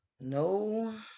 no